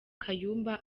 kayumba